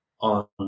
on